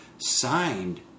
signed